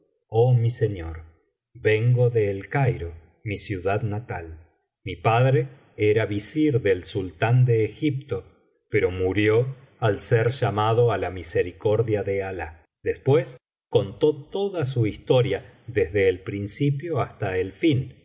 oh mi señor vengo del cairo mi ciudad natal mi padre era visir del sultán de egipto pero murió al ser llamado á la misericordia de alah después contó toda su historia desde el principio hasta el fin